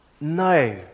No